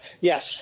Yes